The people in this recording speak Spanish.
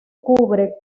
cubre